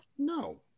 No